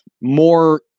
more